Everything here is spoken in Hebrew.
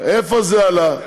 איפה זה עלה?